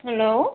hello